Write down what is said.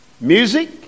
Music